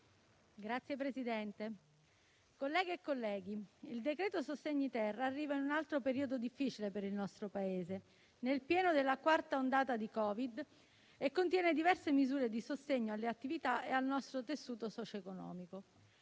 Signor Presidente, colleghe e colleghi, il decreto sostegni-*ter* arriva in un altro periodo difficile per il nostro Paese, nel pieno della quarta ondata di Covid, e contiene diverse misure di sostegno alle attività e al nostro tessuto socio-economico.